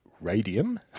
radium